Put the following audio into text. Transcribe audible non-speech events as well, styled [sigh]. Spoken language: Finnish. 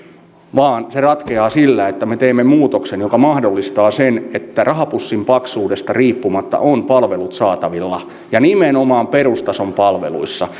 vaan se ratkeaa sillä että me teemme muutoksen joka mahdollistaa sen että rahapussin paksuudesta riippumatta on palvelut saatavilla ja nimenomaan perustason palveluissa [unintelligible]